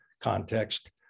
context